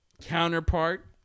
Counterpart